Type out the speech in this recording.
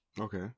Okay